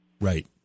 Right